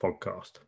podcast